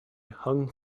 hung